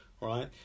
Right